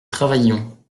travaillions